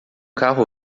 carro